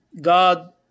God